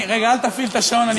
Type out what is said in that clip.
רגע, אל תפעיל את השעון.